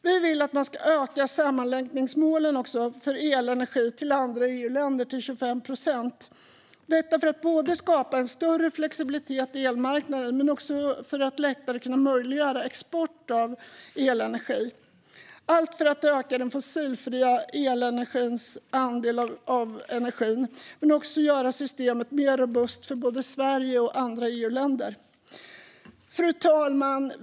Vi vill också att man ska öka sammanlänkningsmålet för elenergi till andra EU-länder till 25 procent, detta både för att skapa en större flexibilitet i elmarknaden och för att lättare möjliggöra export av elenergi, allt för att öka den fossilfria elenergins andel av elenergin men också för att göra systemet mer robust för både Sverige och andra EU-länder. Fru talman!